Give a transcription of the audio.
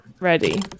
ready